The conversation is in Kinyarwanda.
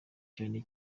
cyane